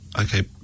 okay